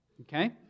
Okay